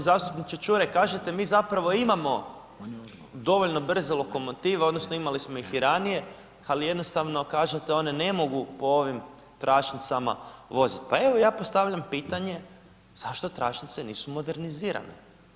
Uvaženi zastupniče Čuraj, kažete mi zapravo imamo dovoljno brze lokomotive odnosno imali smo ih i ranije, ali jednostavno kažete one ne mogu po ovim tračnicama vozit, pa evo ja postavljam pitanje, zašto tračnice nisu modernizirane?